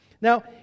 Now